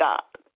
God